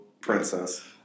princess